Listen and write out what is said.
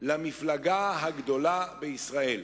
למפלגה הגדולה בישראל.